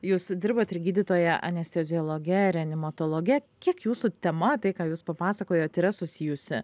jūs dirbat ir gydytoja anesteziologe reanimatologe kiek jūsų tema tai ką jūs papasakojot yra susijusi